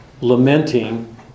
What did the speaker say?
lamenting